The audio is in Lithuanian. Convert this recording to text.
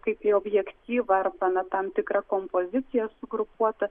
kaip į objektyvą arba na tam tikra kompozicija sugrupuota